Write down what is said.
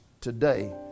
today